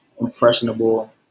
impressionable